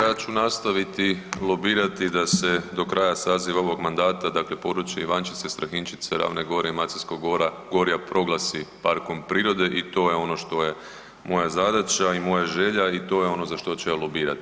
Ja ću nastaviti lobirati da se do kraja saziva ovog mandata dakle područje Ivanščice, Strahinjčice, Ravne gore i Maceljskog gorja proglasi parkom prirode i to je ono što je moja zadaća i moja želja i to je on za što ću ja lobirati.